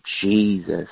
Jesus